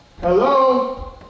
Hello